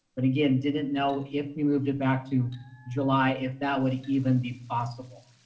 but again, didn't know if we moved it back to july, if that would even be possible.